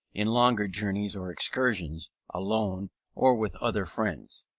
in longer journeys or excursions, alone or with other friends.